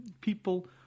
people